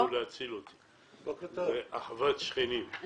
את התאמות הנגישות הקיימות בכל מקום שבו ניתן שירות לציבור.